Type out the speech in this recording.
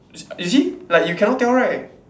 you see like you cannot tell right